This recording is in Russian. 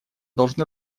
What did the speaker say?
должны